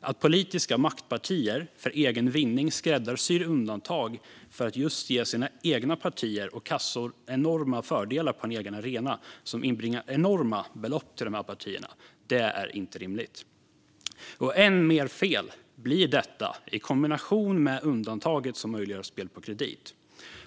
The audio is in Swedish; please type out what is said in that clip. att politiska maktpartier för egen vinning skräddarsyr undantag för att just ge sina egna partier och kassor enorma fördelar på en egen arena som inbringar enorma belopp till dessa partier är inte rimligt. Än mer fel blir detta i kombination med undantaget som möjliggör spel på kredit.